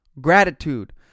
Gratitude